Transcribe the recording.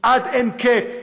עד אין קץ.